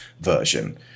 version